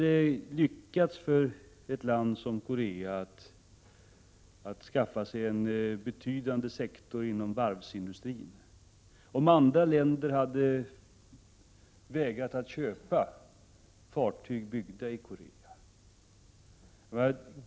Hur skulle ett land som Sydkorea lyckas skaffa sig en betydande sektor inom varvsindustrin om andra länder hade vägrat att köpa fartyg byggda i Sydkorea?